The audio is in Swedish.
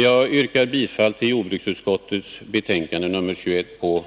Jag yrkar bifall till jordbruksutskottets hemställan på